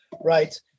Right